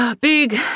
Big